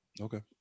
Okay